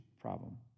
problem